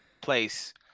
place